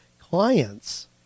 clients